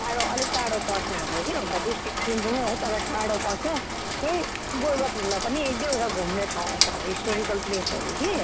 टाढो अलिक टाढो पर्छ हाम्रो कि हाम्रो हुनु त डिस्ट्रिक्ट त कालिम्पोङ नै तर टाढो पर्छ यही गोरूबथानमा पनि एक दुईवडा घुम्ने ठाउँ छ हिस्टोरिकल प्लेसहरू कि